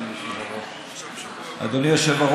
אדוני היושב-ראש.